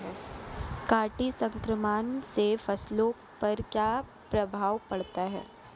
कीट संक्रमण से फसलों पर क्या प्रभाव पड़ता है?